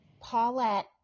Paulette